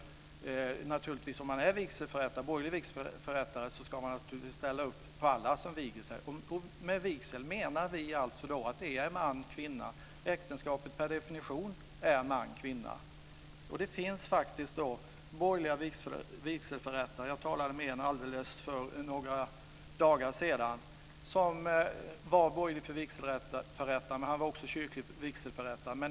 Om man är borgerlig vigselförrättare ska man naturligtvis ställa upp för alla som viger sig. Med vigsel menar vi att det är en man och en kvinna. Äktenskapen handlar per definition om man och kvinna. Jag talade med en borgerlig vigselförrättare för några dagar sedan som också var kyrklig vigselförrättare.